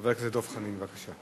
חבר הכנסת דב חנין, בבקשה.